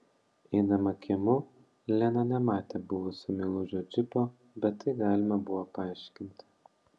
eidama kiemu lena nematė buvusio meilužio džipo bet tai galima buvo paaiškinti